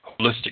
holistic